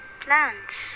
plants